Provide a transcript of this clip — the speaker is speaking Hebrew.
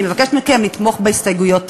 אני מבקשת מכם לתמוך בהסתייגויות.